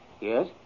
Yes